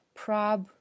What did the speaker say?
prob，